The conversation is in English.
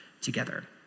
together